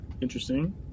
Interesting